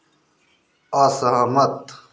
असहमत